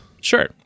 Sure